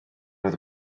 oedd